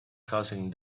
causing